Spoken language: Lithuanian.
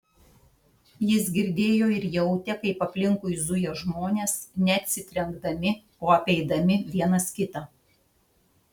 jis girdėjo ir jautė kaip aplinkui zuja žmonės ne atsitrenkdami o apeidami vienas kitą